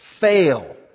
fail